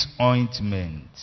ointment